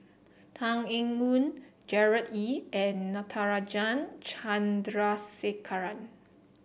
Tan Eng Yoon Gerard Ee and Natarajan Chandrasekaran